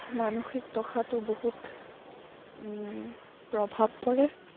মানসিক দশাটো বহুত প্ৰভাৱ পৰে